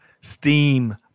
steam